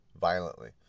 violently